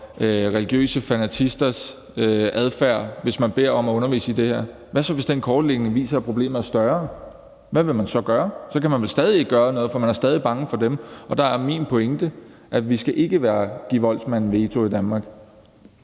religiøse fanatikeres adfærd, hvis man beder om at undervise i det er, hvad så, hvis den kortlægning viser, at problemet er større? Hvad vil man så gøre? Så kan man vel stadig ikke gøre noget, for man er stadig bange for dem. Og der er min pointe, at vi ikke skal give voldsmanden veto i Danmark.